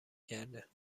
کرده